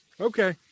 Okay